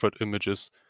images